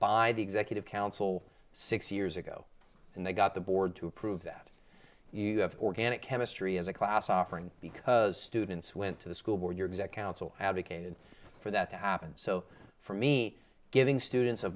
by the executive council six years ago and they got the board to approve that you have organic chemistry as a class offering because students went to the school board your exact count so advocated for that to happen so for me giving students